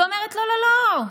ואומרת: לא לא לא,